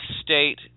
State